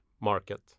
market